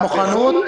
נכון.